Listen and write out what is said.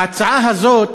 ההצעה הזאת,